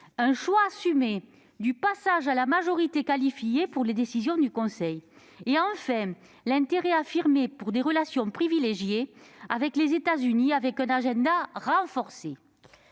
le choix assumé du passage à la majorité qualifiée pour les décisions du Conseil et, enfin, l'intérêt affirmé pour des relations privilégiées avec les États-Unis dans le cadre d'un agenda renforcé.